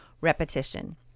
repetition